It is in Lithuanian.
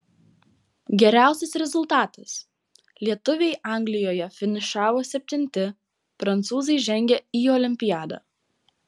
geriausias rezultatas lietuviai anglijoje finišavo septinti prancūzai žengė į olimpiadą